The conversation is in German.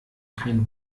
kein